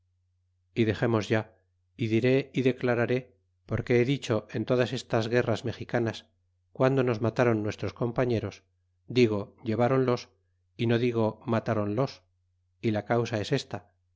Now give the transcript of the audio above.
y dexemos ya y diré y declararé porque he dicho en todas estas guerras mexicanas guando nos matron nuestros compañeros digo lleváronlos y no digo matronlos y la causa es esta